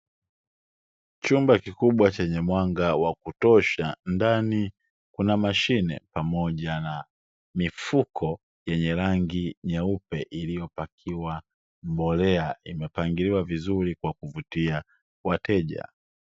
Chumba kikubwa chenye mwanga wa kutosha ndani kuna mashine pamoja na mifuko yenye rangi nyeupe iliyopakiwa mbolea, imepangiliwa vizuri kwa kuvutia wateja.